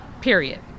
period